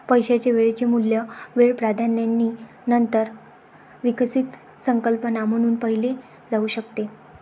पैशाचे वेळेचे मूल्य वेळ प्राधान्याची नंतर विकसित संकल्पना म्हणून पाहिले जाऊ शकते